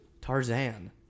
Tarzan